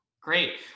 Great